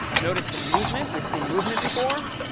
notice the movement. we've seen movement before.